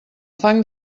fang